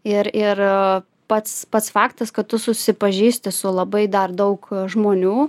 ir ir pats pats faktas kad tu susipažįsti su labai dar daug žmonių